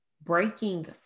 breaking